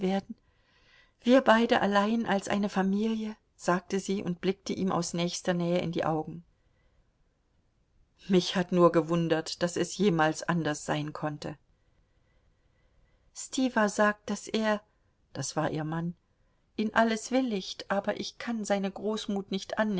wir beide allein als eine familie sagte sie und blickte ihm aus nächster nähe in die augen mich hat nur gewundert daß es jemals anders sein konnte stiwa sagt daß er das war ihr mann in alles willigt aber ich kann seine großmut nicht